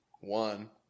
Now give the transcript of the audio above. one